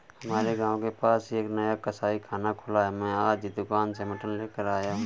हमारे गांव के पास ही एक नया कसाईखाना खुला है मैं आज ही दुकान से मटन लेकर आया